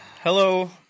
Hello